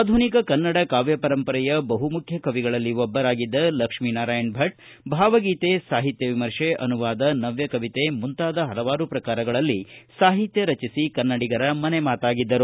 ಆಧುನಿಕ ಕನ್ನಡ ಕಾವ್ಯ ಪರಂಪರೆಯ ಬಹು ಮುಖ್ಯ ಕವಿಗಳಲ್ಲಿ ಒಬ್ಬರಾಗಿದ್ದ ಲಕ್ಷ್ಮೀ ನಾರಾಯಣಭಟ್ಟರು ಭಾವಗೀತೆ ಸಾಹಿತ್ಯ ವಿಮರ್ಶೆ ಅನುವಾದ ನವ್ಯ ಕವಿತೆ ಮುಂತಾದ ಪಲವಾರು ಪ್ರಕಾರಗಳಲ್ಲಿ ಸಾಹಿತ್ಯ ರಚಿಸಿ ಕನ್ನಡಿಗರ ಮನೆ ಮಾತಾಗಿದ್ದರು